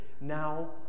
now